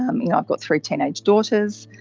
um you know i've got three teenage daughters.